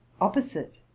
opposite